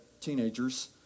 teenagers